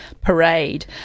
parade